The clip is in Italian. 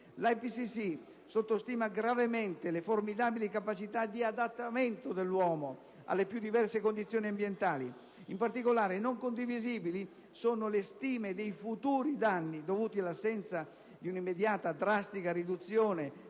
L'IPCC sottostima gravemente le formidabili capacità di adattamento dell'uomo alle più diverse condizioni ambientali. In particolare non condivisibili sono le stime dei futuri danni dovuti all'assenza di un'immediata drastica riduzione